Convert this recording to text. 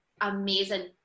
amazing